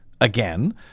again